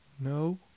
No